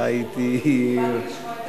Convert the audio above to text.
באתי לשמוע את הנאום שלך.